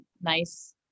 nice